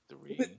three